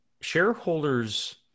shareholders